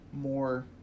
more